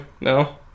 No